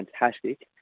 fantastic